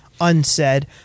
unsaid